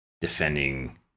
defending